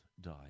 die